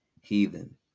heathen